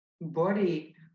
body